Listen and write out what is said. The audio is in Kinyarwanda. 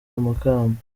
amakamba